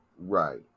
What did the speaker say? Right